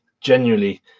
genuinely